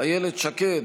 איילת שקד,